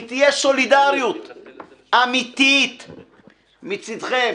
היא תהיה סולידריות אמיתית מצדכם.